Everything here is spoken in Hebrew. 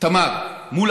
תמר מול